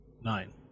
nine